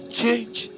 change